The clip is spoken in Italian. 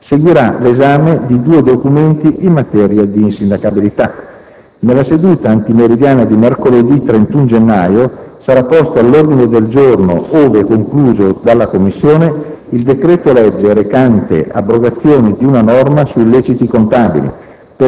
Seguirà l'esame di due documenti in materia di insindacabilità. Nella seduta antimeridiana di mercoledì 31 gennaio sarà posto all'ordine del giorno, ove concluso dalla Commissione, il decreto-legge recante abrogazione di una norma su illeciti contabili,